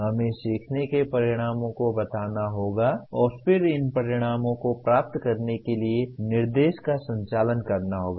हमें सीखने के परिणामों को बताना होगा और फिर इन परिणामों को प्राप्त करने के लिए निर्देश का संचालन करना होगा